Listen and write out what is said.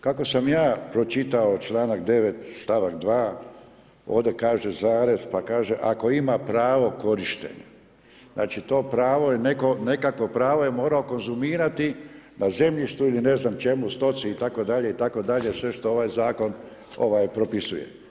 Kako sam ja pročitao članak 9. stavak 2, ovdje kaže zarez, pa kaže, ako ima pravo korištenja, znači to pravo je netko, nekakvo pravo je morao konzumirati na zemljištu ili ne znam čemu stoci itd. itd. sve što ovaj zakon propisuje.